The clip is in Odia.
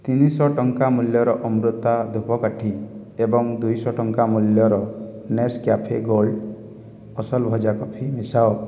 ତିନିଶହ ଟଙ୍କା ମୂଲ୍ୟର ଅମୃତା ଧୂପକାଠି ଏବଂ ଦୁଇଶହ ଟଙ୍କା ମୂଲ୍ୟର ନେସ୍କ୍ୟାଫେ ଗୋଲ୍ଡ଼ ଅସଲ ଭଜା କଫି ମିଶାଅ